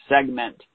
segment